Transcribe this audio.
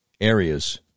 areas